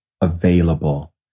available